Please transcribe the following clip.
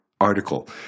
article